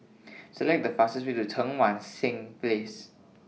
Select The fastest Way to Cheang Wan Seng Place